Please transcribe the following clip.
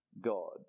God